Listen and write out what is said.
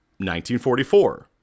1944